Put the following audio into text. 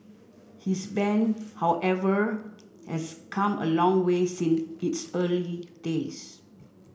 his band however has come a long way since its early days